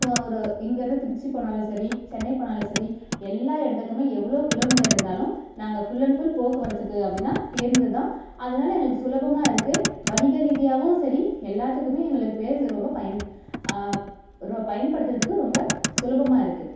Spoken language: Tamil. ஓ ஒரு இங்கிருந்து திருச்சி போனாலும் சரி சென்னை போனாலும் சரி எல்லா இடத்துக்குமே எவ்வளோ கிலோமீட்டர் இருந்தாலும் நாங்கள் ஃபுல் அண்ட் ஃபுல் போக்குவரத்துக்கு அப்படினா பேருந்து தான் அதனால எங்களுக்கு சுலபமாக இருக்குது வணிகரீதியாகவும் சரி எல்லாத்துக்குமே எங்களுக்கு பேருந்து ரொம்ப பயன் ரொ பயன்படுத்துகிறதுக்கு ரொம்ப சுலபமாக இருக்குது